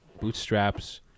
bootstraps